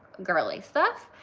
girly stuff.